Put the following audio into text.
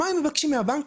מה הם מבקשים מהבנק?